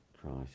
Christ